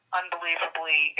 unbelievably